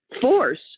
force